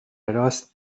راست